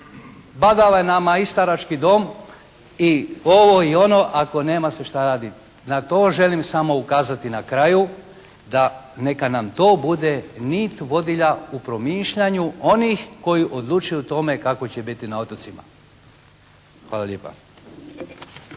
Badava je nama i starački dom i ovo i ono ako nema se šta raditi. Na to želim samo ukazati na kraju, da neka nam to bude nit vodilja u promišljanju onih koji odlučuju o tome kako će biti na otocima. Hvala lijepa.